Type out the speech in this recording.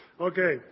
Okay